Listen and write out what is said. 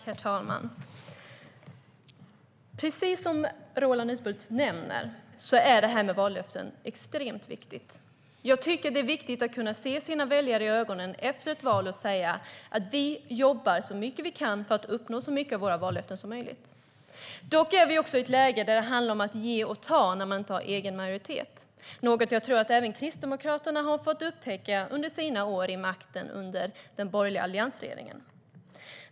Herr talman! Precis som Roland Utbult nämner är vallöften extremt viktiga. Jag tycker att det är viktigt att kunna se sina väljare i ögonen efter ett val och säga: Vi jobbar så mycket vi kan för att uppnå så många av våra vallöften som möjligt. Vi är dock i ett läge där det handlar om att ge och ta när vi inte har egen majoritet. Det är något som jag tror att även Kristdemokraterna fick upptäcka under sina år vid makten under den borgerliga alliansregeringens tid.